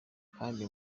kandi